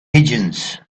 pigeons